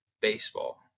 baseball